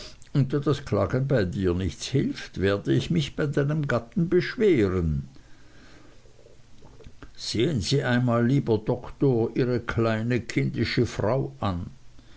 und da das klagen bei dir nichts hilft werde ich mich bei deinem gatten beschweren sehen sie einmal lieber doktor ihre kleine kindische frau an